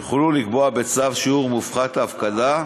יוכלו לקבוע בצו שיעור מופחת להפקדה,